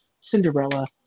Cinderella